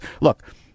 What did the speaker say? look